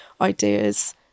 ideas